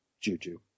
Juju